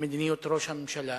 מדיניות ראש הממשלה,